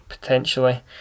potentially